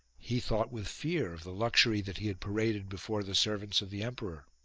he thought with fear of the luxury that he had paraded before the servants of the emperor.